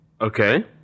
Okay